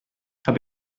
hab